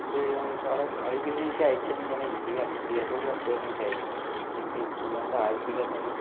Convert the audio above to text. interview കഴിയുവാണെങ്കിൽ എനിക്കവിടെ അവര് പിന്നേയും എനിക്കയച്ച് തന്നത് ഞാൻ ഇന്റർവ്യൂ അറ്റൻഡ് ചെയ്തതോടെ കൂടെയായിരുന്നു എനിക്കയച്ചുതന്നത് പക്ഷെ എനിക്കതിൽ പോവാൻ താൽപര്യം ഇല്ലാത്തതുകൊണ്ട്